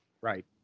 right